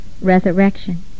resurrection